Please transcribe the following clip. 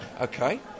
Okay